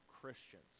christians